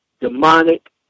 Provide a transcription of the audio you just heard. demonic